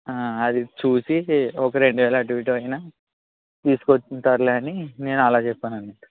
అది చూసి ఒక రెండు వేలు అటు ఇటు అయిన తీసుకొచ్చి ఉంటారు అని నేను అలా చెప్పాను అండి